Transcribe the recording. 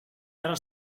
era